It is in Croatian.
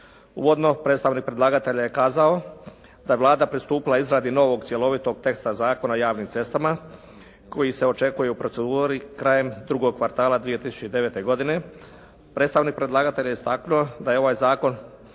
Uvodno predstavnik predlagatelja je kazao da je Vlada pristupila izradi novog cjelovitog teksta Zakona o javnim cestama koji se očekuje u proceduri krajem drugog kvartala krajem 2009. godine. Predstavnik predlagatelja istaknuo je da je ovaj zakon